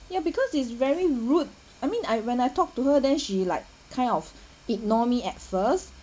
ya because it's very rude I mean I when I talk to her then she like kind of ignore me at first